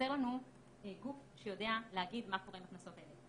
חסר לנו גוף שיודע להגיד מה קורה עם הקנסות האלה.